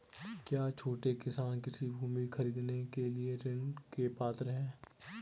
क्या छोटे किसान कृषि भूमि खरीदने के लिए ऋण के पात्र हैं?